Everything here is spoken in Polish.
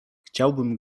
chciałbym